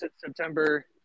September